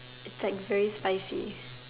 is like very spicy